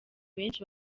benshi